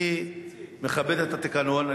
אני מכבד את התקנון.